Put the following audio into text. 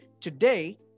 today